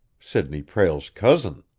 sidney prale's cousin!